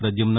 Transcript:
Pradyumna